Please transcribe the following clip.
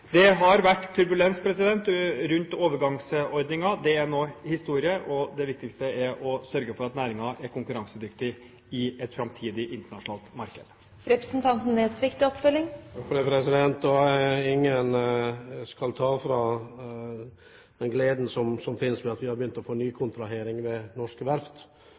Det har vært turbulens rundt overgangsordningen. Det er nå historie, og det viktigste er å sørge for at næringen er konkurransedyktig i et framtidig internasjonalt marked. Ingen skal ta fra en gleden som finnes over at vi har begynt å få nykontrahering ved norske verft.